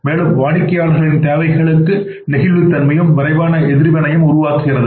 மேலும் வாடிக்கையாளர்களின் தேவைகளுக்கு நெகிழ்வுத்தன்மையையும் விரைவான எதிர்வினையையும் உருவாக்குகிறது